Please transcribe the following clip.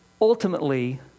ultimately